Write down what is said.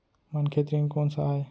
मनखे ऋण कोन स आय?